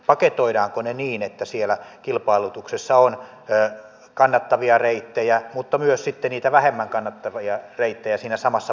paketoidaanko ne niin että siellä kilpailutuksessa on kannattavia reittejä mutta myös sitten niitä vähemmän kannattavia reittejä siinä samassa paketissa